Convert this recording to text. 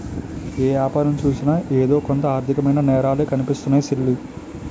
ఏ యాపారం సూసినా ఎదో కొంత ఆర్దికమైన నేరాలే కనిపిస్తున్నాయ్ సెల్లీ